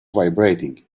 vibrating